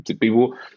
people